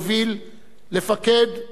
לפקד ולסחוף אחרים.